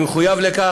אני מחויב לכך.